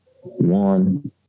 one